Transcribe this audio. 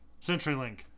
CenturyLink